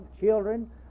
children